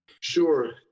Sure